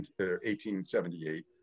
1878